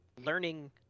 learning